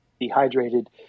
dehydrated